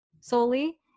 solely